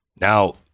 Now